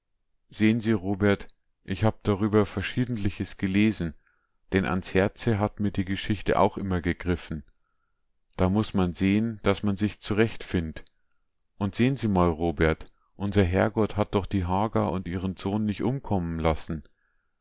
sehn sie robert ich hab darüber verschiedentliches gelesen denn ans herze hat mir die geschichte auch immer gegriffen da muß man sehn daß man sich zurechtfind't und sehn sie mal robert unser herrgott hat doch die hagar und ihren sohn nich umkommen lassen